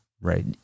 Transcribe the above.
right